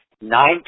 Nine